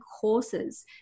courses